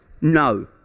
No